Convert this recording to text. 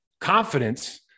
confidence